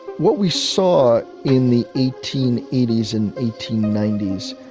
what we saw in the eighteen eighty s, and eighteen ninety s,